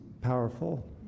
powerful